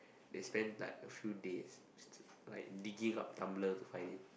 they spend time a few days digging up Tumblr to find it